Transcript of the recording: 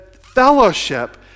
fellowship